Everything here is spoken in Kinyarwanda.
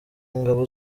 ngabo